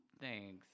Thanks